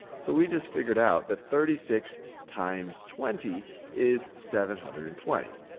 so we just figured out that thirty six times twenty is seven hundred and twenty.